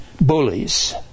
bullies